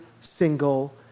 single